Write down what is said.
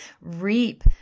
reap